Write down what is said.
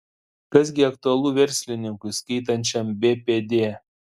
kas gi aktualu verslininkui skaitančiam bpd